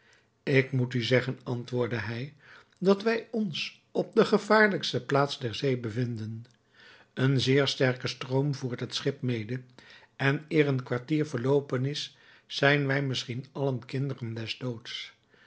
ik moet u zeggen antwoordde hij dat wij ons op de gevaarlijkste plaats der zee bevinden een zeer sterke stroom voert het schip mede en eer een kwartier verloopen is zijn wij misschien allen kinderen